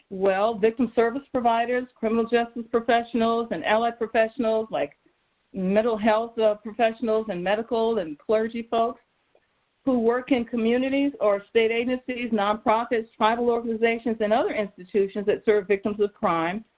well, victim service providers, criminal justice professionals, and allied professionals like mental health ah professionals, and medical, and clergy folks who work in communities, or state agencies, nonprofits, tribal organizations, and other institutions that serve victims of crime.